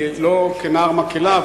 לא כנער מקהלה,